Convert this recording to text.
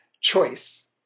choice